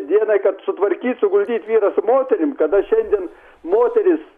dieną kad sutvarkyt suguldyt vyrą su moterim kada šiandien moterys